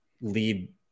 lead